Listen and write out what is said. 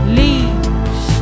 leaves